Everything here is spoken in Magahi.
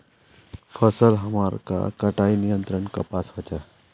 फसल हमार के कटाई का नियंत्रण कपास होचे?